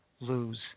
lose